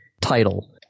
title